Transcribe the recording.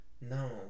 no